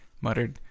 muttered